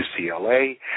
UCLA